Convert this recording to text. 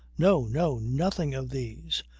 no! no! nothing of these.